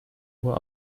uhr